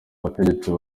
abategetsi